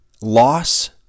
Loss